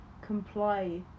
comply